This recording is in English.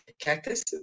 Cactus